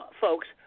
folks